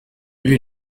bintu